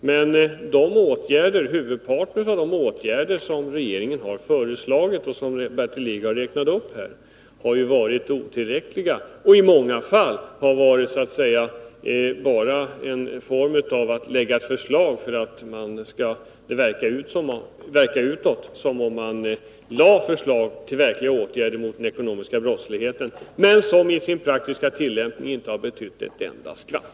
Men huvudparten av de åtgärder som Bertil Lidgard räknade upp har varit otillräckliga. I många fall har förslagen lagts bara för att det utåt skulle verka som om man vidtog åtgärder mot den ekonomiska brottsligheten. I sin praktiska tillämpning har förslagen emellertid inte betytt ett skvatt.